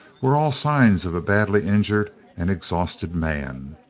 were all signs of a badly injured and exhausted man.